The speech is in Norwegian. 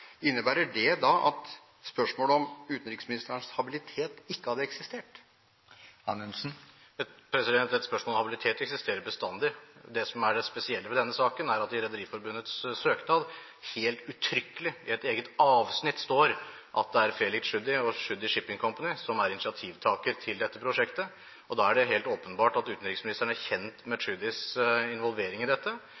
Innebærer det, hvis ideen til å opprette senteret ikke hadde kommet fra Tschudi, men f.eks. fra Rederiforbundet eller fra annet hold, og han hadde bevilget penger, som han sa seg villig til på forhånd, at spørsmålet om utenriksministerens habilitet ikke hadde eksistert? Et spørsmål om habilitet eksisterer bestandig. Det som er det spesielle ved denne saken, er at det i Rederiforbundets søknad helt uttrykkelig, i et eget avsnitt, står at det er